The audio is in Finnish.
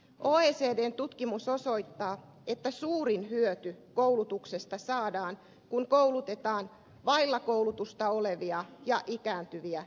oecdn tutkimus osoittaa että suurin hyöty koulutuksesta saadaan kun koulutetaan vailla koulutusta olevia ja ikääntyviä ihmisiä